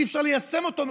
אי-אפשר ליישם אותו,